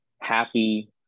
happy